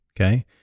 Okay